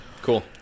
Cool